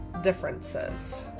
differences